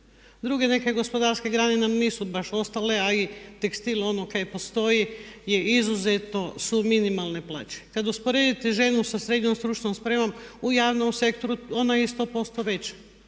Druge neke gospodarske grane nam nisu baš ostale a i tekstil ono što postoji je izuzetno su minimalne plaće. Kada usporedite ženu sa srednjom stručnom spremom u javnom sektoru ona …/Govornica